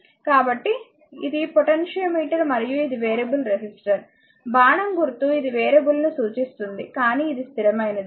కాబట్టి ఇది పొటెన్షియోమీటర్ మరియు ఇది వేరియబుల్ రెసిస్టర్ బాణం గుర్తు ఇది వేరియబుల్ ను సూచిస్తుంది కానీ ఇది స్థిరమైనది